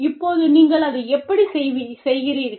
இப்போது நீங்கள் அதை எப்படிச் செய்கிறீர்கள்